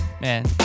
Man